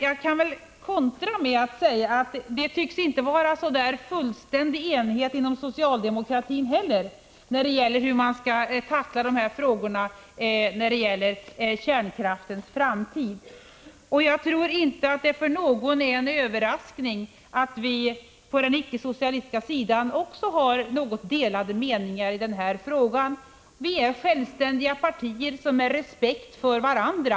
Jag kan kontra med att säga att det inte tycks vara så fullständig enighet inom socialdemokratin heller om hur man skall tackla frågan om kärnkraftens framtid. Jag tror inte att det för någon är en överraskning att vi på den icke-socialistiska sidan också har något delade meningar i denna fråga. Det är självständiga partier som har respekt för varandra.